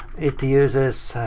it uses,